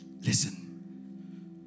listen